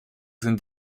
sind